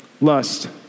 lust